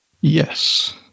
Yes